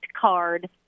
card